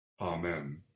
amen